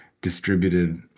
distributed